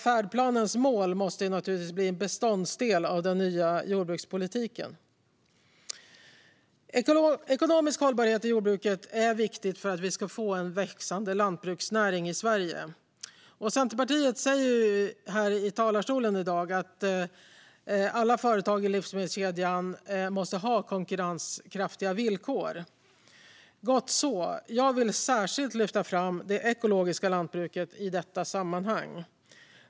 Färdplanens mål måste naturligtvis bli en beståndsdel av den nya jordbrukspolitiken. Ekonomisk hållbarhet i jordbruket är viktigt för att vi ska få en växande lantbruksnäring i Sverige. Centerpartiet har i talarstolen i dag sagt att alla företag i livsmedelskedjan måste ha konkurrenskraftiga villkor. Gott så! Jag vill särskilt lyfta fram det ekologiska lantbruket i detta sammanhang.